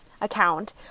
account